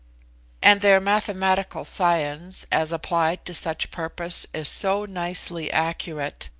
and their mathematical science as applied to such purpose is so nicely accurate,